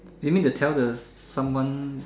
you mean to tell the someone